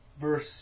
verse